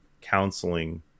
counseling